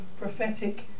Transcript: prophetic